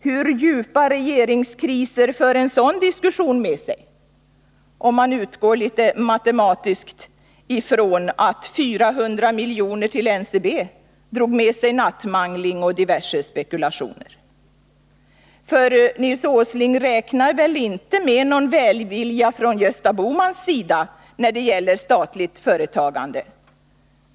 Hur djupa regeringskriser för en sådan diskussion med sig, om man litet matematiskt utgår från att 400 milj.kr. till NCB drog med sig nattmangling och diverse spekulationer? För Nils Åsling räknar väl inte med någon välvilja från Gösta Bohmans sida när det gäller statligt företagande?